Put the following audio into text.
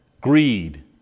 greed